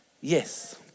Yes